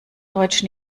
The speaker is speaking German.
deutsch